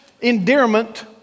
endearment